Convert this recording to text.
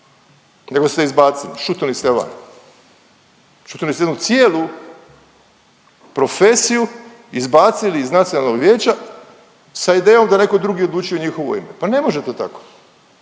ste je izbacili, šutnuli ste je van, šutnuli ste jednu cijelu profesiju, izbacili iz Nacionalnog vijeća sa idejom da netko drugi odlučuje u njihovo ime. Pa ne može to tako!